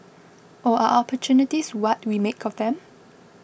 or are opportunities what we make of them